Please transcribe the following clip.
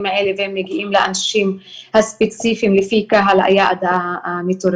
האלה והם מגיעים לאנשים הספציפיים לפי קהל היעד המטורגט,